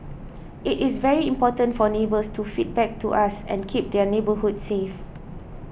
it is very important for neighbours to feedback to us and keep their neighbourhoods safe